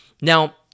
Now